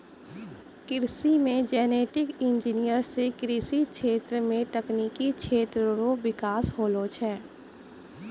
कृषि मे genetic engineer से कृषि क्षेत्र मे तकनिकी क्षेत्र रो बिकास होलो छै